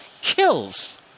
kills